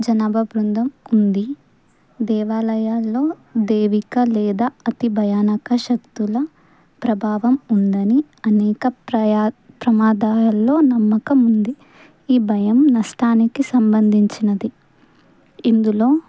జనాభా బృందం ఉంది దేవాలయాల్లో దైవిక లేదా అతి భయానక శక్తుల ప్రభావం ఉందని అనేక ప్రయా ప్రమాదాల్లో నమ్మకం ఉంది ఈ భయం నష్టానికి సంబంధించింది ఇందులో